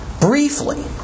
Briefly